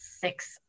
six